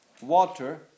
water